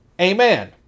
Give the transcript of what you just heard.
Amen